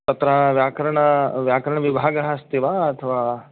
तत्र व्याकरण व्याकरणविभागः अस्ति वा अथवा